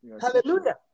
Hallelujah